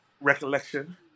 recollection